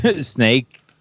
snake